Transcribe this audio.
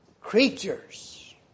creatures